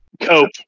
cope